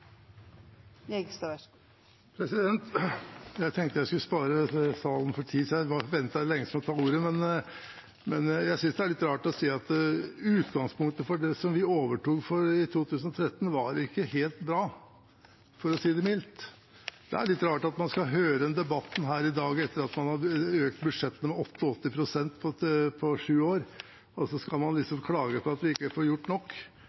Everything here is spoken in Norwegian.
Jeg tenkte jeg skulle spare tid for salen, så jeg ventet i det lengste med å ta ordet. Men utgangspunktet for det som vi overtok i 2013, var ikke helt bra, for å si det mildt. Det er litt rart at man skal høre denne debatten her i dag, etter at man har økt budsjettene med 88 pst. på sju år, og så skal man liksom klage på at vi ikke får gjort nok.